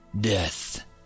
death